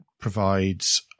provides